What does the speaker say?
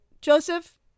Joseph